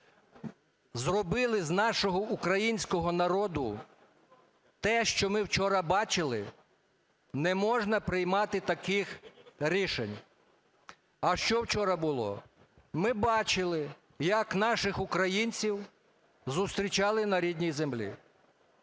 зробили з нашого українського народу те, що ми вчора бачили, не можна приймати таких рішень. А що вчора було? Ми бачили, як наших українців зустрічали на рідній землі.